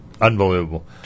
Unbelievable